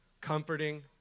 comforting